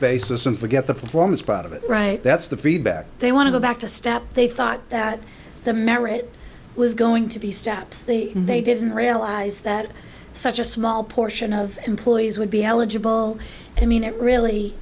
basis and forget the performance part of it right that's the feedback they want to go back to step they thought that the marriage was going to be steps and they didn't realize that such a small portion of employees would be eligible i mean it really